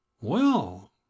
Well